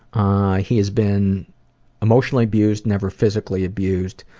ah, he has been emotionally abused, never physically abused.